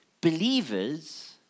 believers